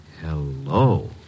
hello